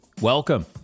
Welcome